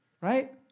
Right